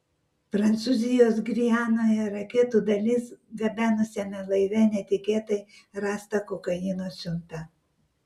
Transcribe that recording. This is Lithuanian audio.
prancūzijos gvianoje raketų dalis gabenusiame laive netikėtai rasta kokaino siunta